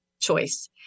choice